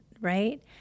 right